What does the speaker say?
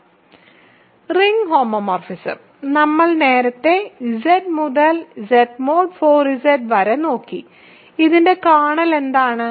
ring homomorphism നമ്മൾ നേരത്തെ Z മുതൽ Z mod 4Z വരെ നോക്കി ഇതിന്റെ കേർണൽ എന്താണ്